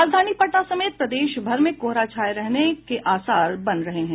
राजधानी पटना समेत प्रदेशभर में कोहरा छाये रहने के आसार बन रहे हैं